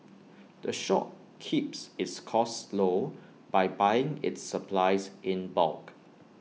the shop keeps its costs low by buying its supplies in bulk